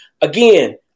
Again